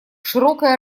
широкая